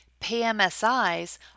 pmsis